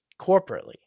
corporately